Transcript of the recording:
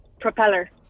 Propeller